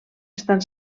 estan